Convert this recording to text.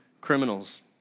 criminals